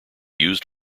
used